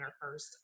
first